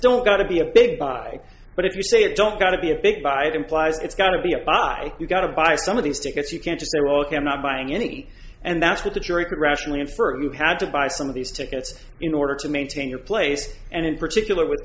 don't got to be a big buy but if you say it don't got to be a big buy it implies it's got to be up by you've got to buy some of these tickets you can't just say well ok i'm not buying any and that's what the jury rationally and for you had to buy some of these tickets in order to maintain your place and in particular w